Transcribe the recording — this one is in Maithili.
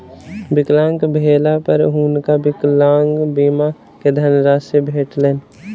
विकलांग भेला पर हुनका विकलांग बीमा के धनराशि भेटलैन